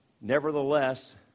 Nevertheless